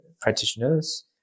practitioners